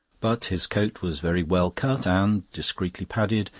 but his coat was very well cut and, discreetly padded,